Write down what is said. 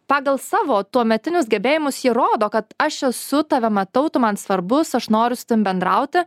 pagal savo tuometinius gebėjimus jie rodo kad aš esu tave matau tu man svarbus aš noriu su tavim bendrauti